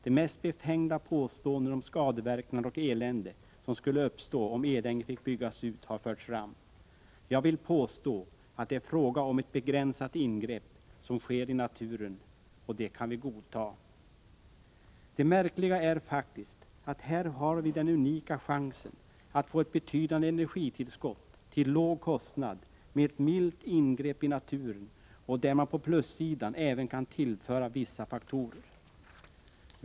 De mest befängda påståenden om skadeverkningar och elände som skulle uppstå om Edänge fick byggas ut har förts fram. Jag vill påstå att det är fråga om ett begränsat ingrepp som sker i naturen, och vi kan godta det. Det märkliga är faktiskt, att här har vi den unika chansen att få ett betydande energitillskott till låg kostnad med ett milt ingrepp i naturen, varvid man på plussidan även kan tillföra vissa faktorer.